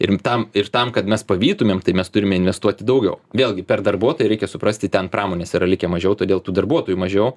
rimtam ir tam kad mes pavytumėm tai mes turime investuoti daugiau vėlgi per darbuotoją reikia suprasti ten pramonės yra likę mažiau todėl tų darbuotojų mažiau